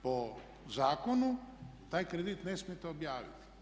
Po zakonu taj kredit ne smijete objaviti.